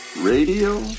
Radio